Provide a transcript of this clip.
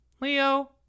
Leo